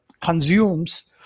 consumes